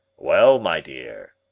well, my dear,